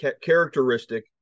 characteristic